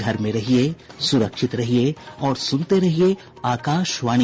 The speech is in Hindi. घर में रहिये सुरक्षित रहिये और सुनते रहिये आकाशवाणी